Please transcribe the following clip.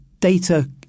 data